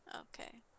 Okay